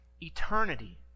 Eternity